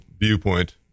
viewpoint